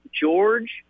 George